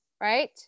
right